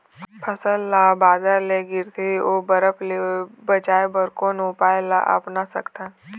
फसल ला बादर ले गिरथे ओ बरफ ले बचाए बर कोन उपाय ला अपना सकथन?